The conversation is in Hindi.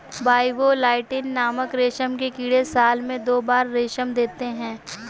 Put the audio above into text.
बाइवोल्टाइन नामक रेशम के कीड़े साल में दो बार रेशम देते है